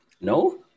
No